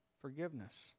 forgiveness